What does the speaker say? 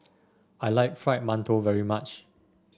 I like Fried Mantou very much